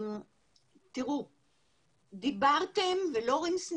דיברתם ולורנס,